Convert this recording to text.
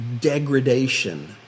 degradation